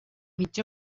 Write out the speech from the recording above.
mig